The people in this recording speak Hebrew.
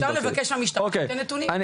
אפשר לבקש מהמשטרה שתביא נתונים.